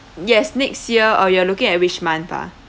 yes next year uh you're looking at which month ah